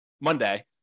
monday